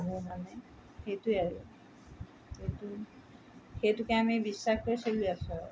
ভাবো মানে সেইটোৱে আৰু সেইটো সেইটোকে আমি বিশ্বাস কৰি চলি আছোঁ আৰু